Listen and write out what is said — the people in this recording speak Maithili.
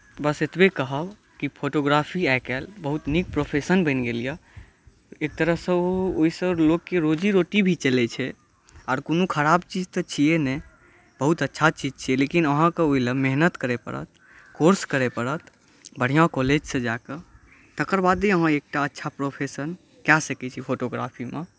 बस एतबे कहब कि फोटोग्राफी आइकाल्हि बहुत नीक प्रोफेशन बनि गेल यऽ एक तरहसँ ओ ओहिसँ लोकके रोजी रोटी भी चलै छै आओर कोनो ख़राब चीज तऽ छियै नहि बहुत अच्छा चीज छियै लेकिन अहाँके ओहि लए मेहनत करै पड़त कोर्स करै पड़त बढ़िऑं कॉलेजसँ जाकऽ तकर बादे अहाँ एकटा अच्छा प्रोफेशन कय सकै छी फोटोग्राफीमे